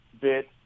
bit